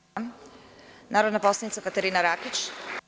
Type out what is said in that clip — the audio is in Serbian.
Reč ima narodna poslanica Katarina Rakić.